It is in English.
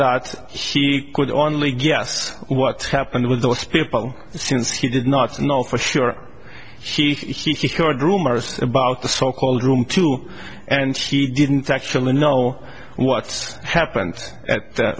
that she could only guess what happened with those people since he did not know for sure she heard rumors about the so called room too and she didn't actually know what happened at th